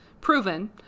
proven